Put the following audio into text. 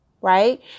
right